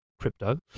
crypto